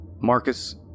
Marcus